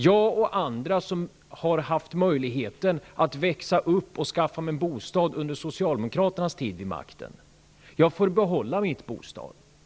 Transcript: Jag ocn flera med mig som har haft möjlighet att växa upp och skaffa mig en bostad under Socialdemokraternas tid vid makten får behålla vårt bostöd.